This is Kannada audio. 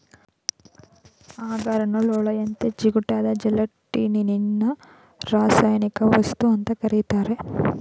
ಅಗಾರನ್ನು ಲೋಳೆಯಂತೆ ಜಿಗುಟಾದ ಜೆಲಟಿನ್ನಿನರಾಸಾಯನಿಕವಸ್ತು ಅಂತ ಕರೀತಾರೆ